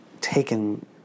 taken